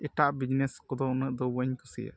ᱮᱴᱟᱜ ᱵᱤᱡᱽᱱᱮᱥ ᱠᱚᱫᱚ ᱩᱱᱟᱹᱜ ᱫᱚ ᱵᱟᱹᱧ ᱠᱩᱥᱤᱭᱟᱜᱼᱟ